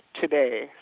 today